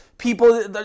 People